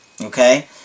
Okay